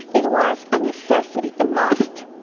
it was a necessity, a must